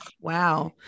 Wow